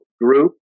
group